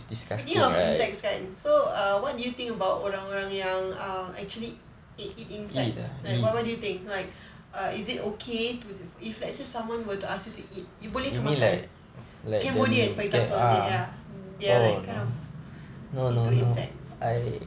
speaking of insects kan so err what do you think about orang-orang yang err actually eat eat insects like what what do you think like err is it okay to if let's say someone were to ask you to eat you boleh ke makan cambodian for example they ya they are like kind of into insects